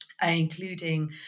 including